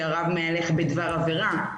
שהרב מהלך בדבר עבירה,